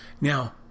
now